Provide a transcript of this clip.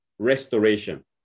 restoration